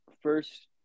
first